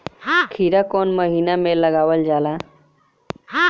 खीरा कौन महीना में लगावल जाला?